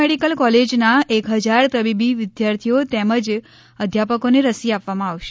medical કોલેજના એક હજાર તબીબી વિદ્યાર્થીઓ તેમજ અધ્યાપકોને રસી આપવામાં આવશે